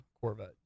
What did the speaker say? corvette